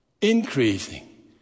increasing